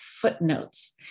footnotes